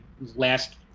last